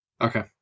Okay